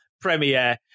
premiere